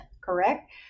correct